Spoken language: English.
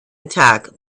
intact